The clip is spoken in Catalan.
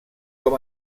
com